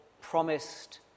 promised